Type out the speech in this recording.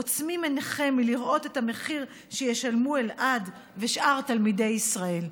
עוצמים עיניכם מלראות את המחיר שישלמו אלעד ושאר תלמידי ישראל,